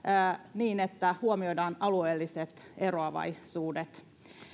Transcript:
niin että huomioidaan alueelliset eroavaisuudet